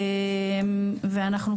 ואנחנו,